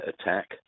attack